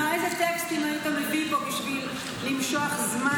אילו טקסטים היית מביא פה בשביל למשוך זמן